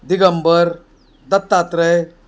Digambar Dattatray